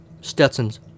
Stetson's